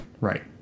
Right